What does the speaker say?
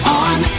on